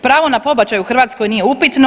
Pravo na pobačaj u Hrvatskoj nije upitno.